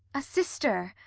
a sister!